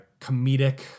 comedic